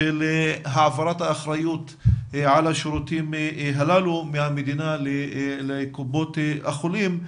העברת האחריות על השירותים הללו מהמדינה לקופות החולים.